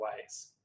ways